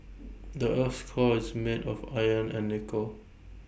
the Earth's core is made of iron and nickel